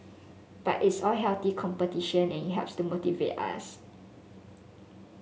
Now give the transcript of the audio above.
but it's all healthy competition and it helps to motivate us